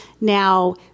Now